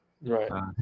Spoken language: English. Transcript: Right